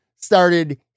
started